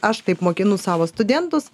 aš kaip mokinu savo studentus